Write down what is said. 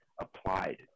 applied